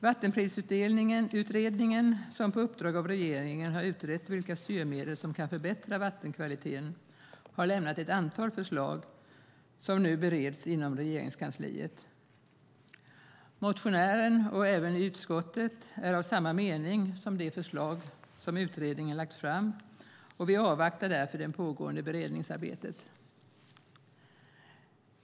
Vattenprisutredningen, som på uppdrag av regeringen har utrett vilka styrmedel som kan förbättra vattenkvaliteten, har lämnat ett antal förslag som nu bereds inom Regeringskansliet. Motionärerna och utskottet är av samma mening som utredningen beträffande de förslag som utredningen har lagt fram. Vi avvaktar därför det pågående beredningsarbetet.